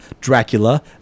Dracula